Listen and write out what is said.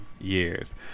years